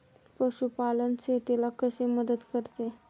पशुपालन शेतीला कशी मदत करते?